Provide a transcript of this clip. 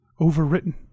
overwritten